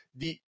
di